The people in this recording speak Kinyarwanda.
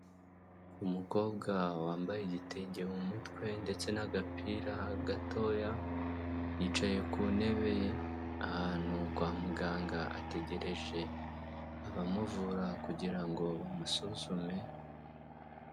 Umukobwa wambaye igitenge mu mutwe ndetse n'agapira gatoya, yicaye ku ntebe ahantu kwa muganga, ategereje abamuvura kugira ngo bamusuzume,,,